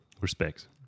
Respects